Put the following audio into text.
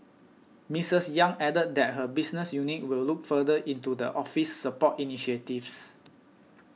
Misters Yang added that her business unit will look further into the Office's support initiatives